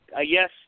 yes